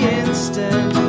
instant